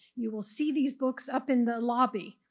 you will see these books up in the lobby.